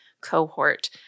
cohort